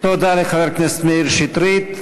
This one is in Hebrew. תודה לחבר הכנסת מאיר שטרית.